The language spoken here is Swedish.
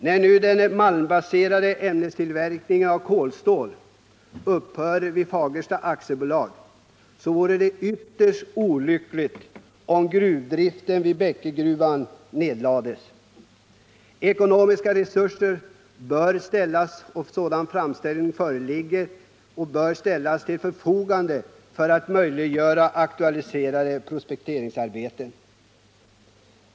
När den nu malmbaserade ämnestillverkningen av kolstål upphör vid Fagersta AB, vore det ytterst olyckligt om gruvdriften vid Bäckegruvan nedlades. Ekonomiska resurser bör, om framställning härom föreligger, ställas till förfogande för att möjliggöra aktualiserade prospekteringsarbeten.